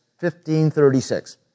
1536